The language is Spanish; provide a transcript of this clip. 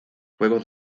juegos